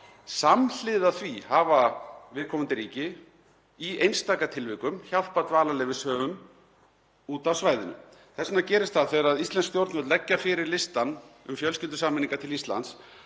Samhliða því hafa viðkomandi ríki í einstaka tilvikum hjálpað dvalarleyfishöfum út af svæðinu. Þess vegna gerist það þegar íslensk stjórnvöld leggja fyrir listann um fjölskyldusameiningar til Íslands